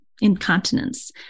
incontinence